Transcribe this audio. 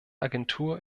agentur